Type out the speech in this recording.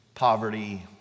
poverty